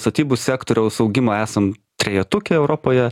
statybų sektoriaus augimą esam trejetuke europoje